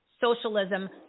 socialism